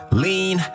lean